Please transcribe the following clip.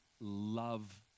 love